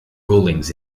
rulings